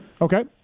Okay